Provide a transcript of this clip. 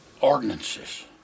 Ordinances